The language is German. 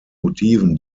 motiven